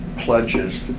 pledges